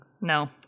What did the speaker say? No